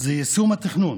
זה יישום התכנון.